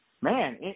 man